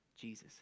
Jesus